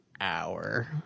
hour